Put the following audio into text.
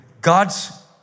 God's